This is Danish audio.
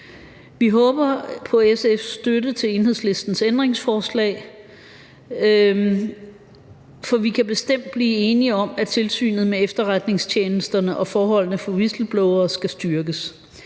Vi håber på SF's støtte til Enhedslistens ændringsforslag, for vi kan bestemt blive enige om, at Tilsynet med Efterretningstjenesterne og forholdene for whistleblowere skal styrkes.